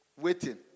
Waiting